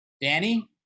danny